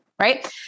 right